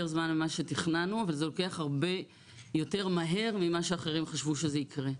זמן ממה שתכננו אבל זה הרבה יותר מהר ממה שאחרים חשבו שזה יקרה.